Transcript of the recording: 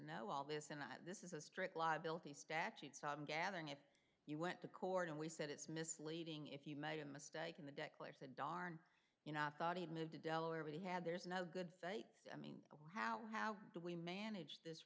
know all this and that this is a strict liability statute so i'm gathering if you went to court and we said it's misleading if you made a mistake in the declaration a darn you know i thought he'd move to delaware but he had there's no good faith i mean how do we manage this